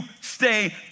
stay